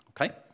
Okay